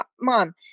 mom